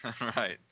Right